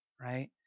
right